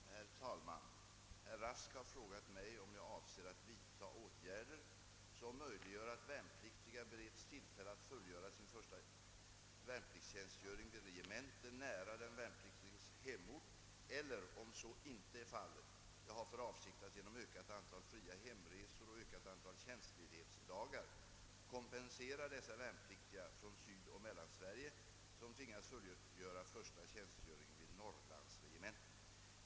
Herr talman! Herr Rask har frågat mig om jag avser att vidtaga åtgärder som möjliggör att värnpliktiga bereds tillfälle att fullgöra sin första värnpliktstjänstgöring vid regemente nära den värnpliktiges hemort eller, om så icke är fallet, jag har för avsikt att genom ökat antal fria hemresor och ökat antal tjänstledighetsdagar kompensera dessa värnpliktiga från Sydoch Mellansverige, som tvingas fullgöra första tjänstgöringen vid norrlandsregementen.